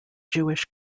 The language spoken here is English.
jewish